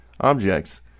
objects